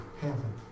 heaven